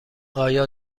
آیا